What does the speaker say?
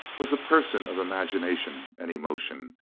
was a person of imagination and emotion.